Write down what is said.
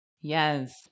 Yes